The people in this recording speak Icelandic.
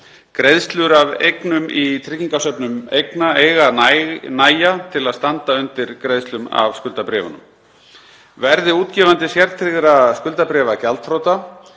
Greiðslur af eignum í tryggingasöfnum eiga að nægja til að standa undir greiðslum af skuldabréfunum. Verði útgefandi sértryggðra skuldabréfa gjaldþrota